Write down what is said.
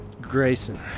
Grayson